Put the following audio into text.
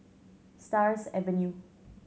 Stars Avenue